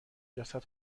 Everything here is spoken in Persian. جسد